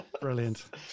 Brilliant